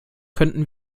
könnten